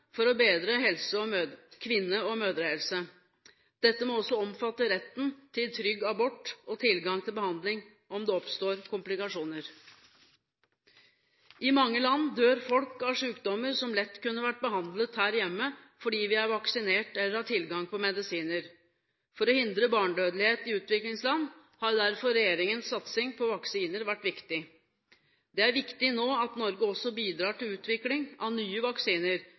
for å bedre kvinne- og mødrehelse. Dette må også omfatte retten til trygg abort og tilgang til behandling om det oppstår komplikasjoner. I mange land dør folk av sykdommer som lett kunne vært behandlet her hjemme fordi vi er vaksinert eller har tilgang på medisiner. For å hindre barnedødelighet i utviklingsland har derfor regjeringens satsing på vaksiner vært viktig. Det er viktig nå at Norge også bidrar til utviklingen av nye vaksiner